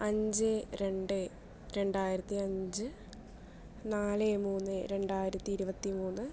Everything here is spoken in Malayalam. അഞ്ച് രണ്ട് രണ്ടായിരത്തി അഞ്ച് നാല് മൂന്ന് രണ്ടായിരത്തി ഇരുപത്തി മൂന്ന്